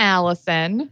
Allison